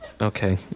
Okay